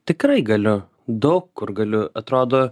tikrai galiu daug kur galiu atrodo